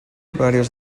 varios